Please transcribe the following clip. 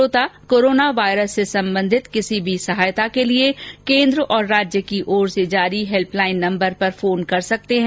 श्रोता corona virus से संबंधित किसी भी सहायता के लिए केन्द्र और राज्य की ओर से जारी हेल्प लाइन नम्बर पर फोन कर सकते हैं